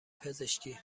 پزشکی